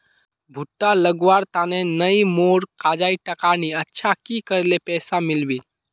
भुट्टा लगवार तने नई मोर काजाए टका नि अच्छा की करले पैसा मिलबे?